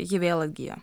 ji vėl atgijo